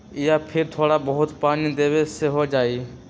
या फिर थोड़ा बहुत पानी देबे से हो जाइ?